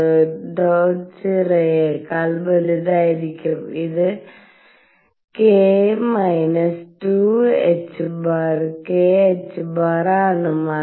o യെക്കാൾ വലുതായിരിക്കും ഇത് k−2 ℏ kℏ ആണ്